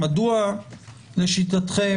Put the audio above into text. מדוע לשיטתכם,